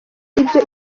ibyo